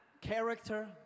Character